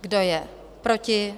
Kdo je proti?